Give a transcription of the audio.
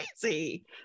crazy